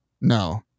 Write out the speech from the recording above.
No